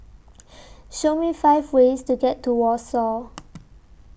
Show Me five ways to get to Warsaw